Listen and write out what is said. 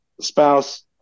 spouse